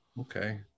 Okay